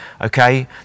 okay